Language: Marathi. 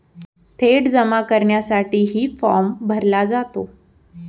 थेट जमा करण्यासाठीही फॉर्म भरला जातो